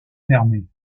fermés